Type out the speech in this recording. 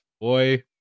boy